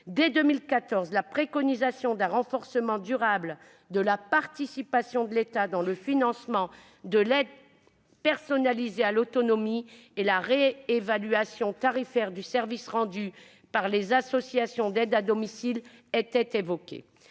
Dès 2014, la préconisation d'un renforcement durable de la participation de l'État dans le financement de l'APA et la réévaluation tarifaire du service rendu par les associations d'aide à domicile étaient donc